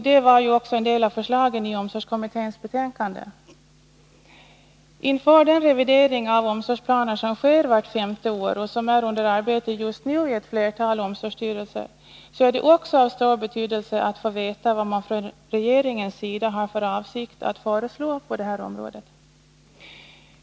Detta var också en del av förslagen i omsorgskommitténs betänkande. Inför den revidering av omsorgsplaner som sker vart femte år och som är under arbete just nu i ett flertal omsorgsstyrelser är det ockå av stor betydelse att få veta vad man från regeringens sida har för avsikt att föreslå på detta område.